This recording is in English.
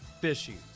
fishy